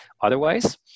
otherwise